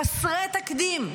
חסרי תקדים,